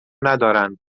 ندارند